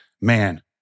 man